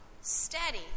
Steady